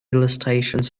illustrations